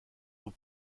aux